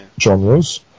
genres